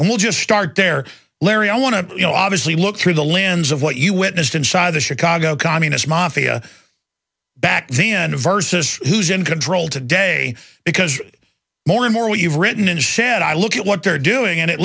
and we'll just start there larry i want to you know obviously look through the lens of what you witnessed inside the chicago communist mafia back then versus who's in control today because more and more what you've written and shared i look at what they're doing and it